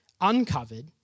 uncovered